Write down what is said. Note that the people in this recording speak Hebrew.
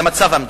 "מצב המדינה",